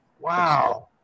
Wow